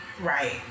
Right